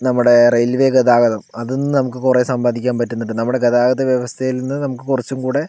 നമ്മടെ റെയിൽവേ ഗതാഗതം അതിൽ നിന്നും നമക്ക് കുറെ സമ്പാദിക്കാൻ പറ്റുന്നുണ്ട് നമ്മടെ ഗതാഗത വ്യവസ്ഥയിൽ നിന്ന് നമുക്ക് കുറച്ചും കൂടെ